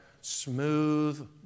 smooth